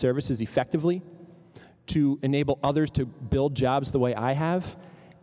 services effectively to enable others to build jobs the way i have